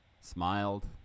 smiled